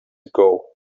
ago